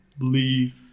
leave